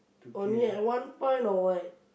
only at one point or what